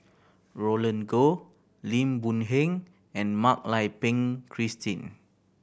Roland Goh Lim Boon Heng and Mak Lai Peng Christine